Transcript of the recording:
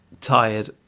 tired